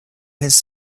his